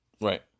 Right